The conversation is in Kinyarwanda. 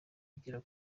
ugera